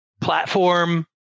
Platform